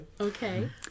Okay